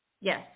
Yes